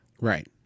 Right